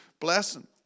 blessing